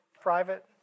private